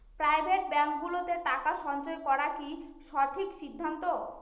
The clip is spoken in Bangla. প্রাইভেট ব্যাঙ্কগুলোতে টাকা সঞ্চয় করা কি সঠিক সিদ্ধান্ত?